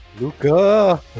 luca